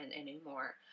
anymore